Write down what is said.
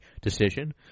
decision